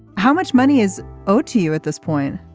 how much money is owed to you at this point